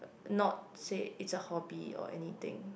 not say it's a hobby or anything